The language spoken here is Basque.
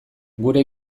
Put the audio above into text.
gure